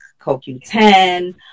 CoQ10